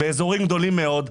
באזורים גדולים מאוד,